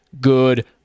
Good